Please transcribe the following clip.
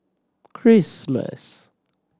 Christmas